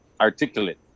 articulate